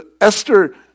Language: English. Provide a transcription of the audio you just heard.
Esther